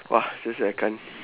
!wah! seriously I can't